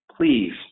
please